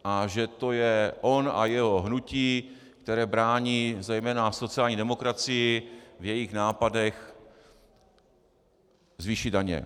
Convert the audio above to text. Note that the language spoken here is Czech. A že to je on a jeho hnutí, které brání zejména sociální demokracii v jejích nápadech zvýšit daně.